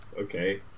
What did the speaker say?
okay